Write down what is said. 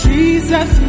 Jesus